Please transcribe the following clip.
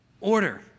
Order